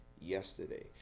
yesterday